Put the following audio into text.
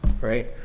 right